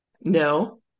No